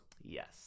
Yes